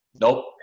Nope